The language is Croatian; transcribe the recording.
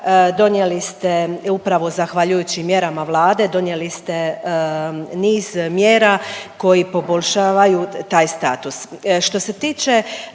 Donijeli ste upravo zahvaljujući mjerama Vlade, donijeli ste niz mjera koji poboljšavaju taj status.